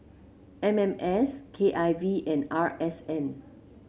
M M S K I V and R S N